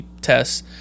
tests